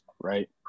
right